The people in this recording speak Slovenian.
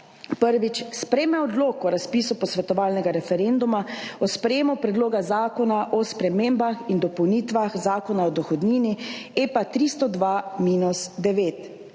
prvič, sprejme odlok o razpisu posvetovalnega referenduma o sprejemu Predloga zakona o spremembah in dopolnitvah Zakona o dohodnini (EPA 302-9)